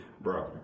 bro